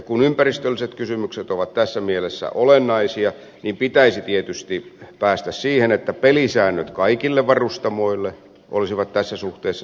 kun ympäristölliset kysymykset ovat tässä mielessä olennaisia pitäisi tietysti päästä siihen että pelisäännöt kaikille varustamoille olisivat tässä suhteessa samankaltaisia